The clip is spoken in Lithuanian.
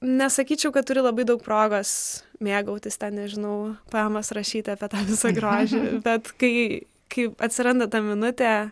nesakyčiau kad turi labai daug progas mėgautis ten nežinau poemas rašyti apie tą visą grožį bet kai kai atsiranda ta minutė